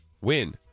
win